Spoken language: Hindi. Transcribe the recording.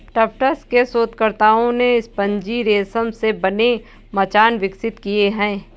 टफ्ट्स के शोधकर्ताओं ने स्पंजी रेशम से बने मचान विकसित किए हैं